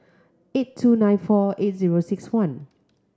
eight two nine four eight zero six one